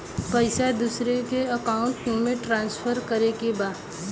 पैसा दूसरे अकाउंट में ट्रांसफर करें के बा?